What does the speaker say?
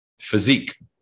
Physique